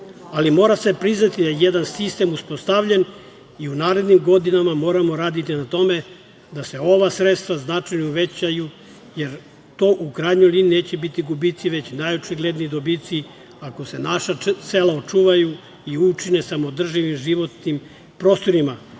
Ali, mora se priznati da je jedan sistem uspostavljen i u narednim godinama moramo raditi na tome da se ova sredstva značajno uvećaju, jer to u krajnjoj liniji neće biti gubici, već najočigledniji dobici ako se naša sela očuvaju i učine samoodrživim životnim prostorima